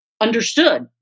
Understood